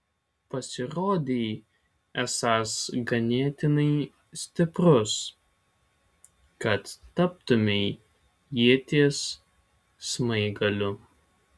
pasirodei esąs ganėtinai stiprus kad taptumei ieties smaigaliu